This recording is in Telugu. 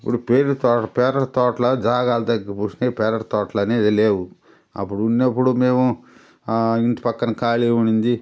ఇప్పుడు పేరు తోట పెరటి తోటలాగా జాగాలు తగ్గిపూడ్సినాయ్ ఇప్పుడు పెరటి తోటలనేవి లేవు అప్పుడున్నప్పుడు మేము ఇంటి పక్కన ఖాళీ ఉన్నింది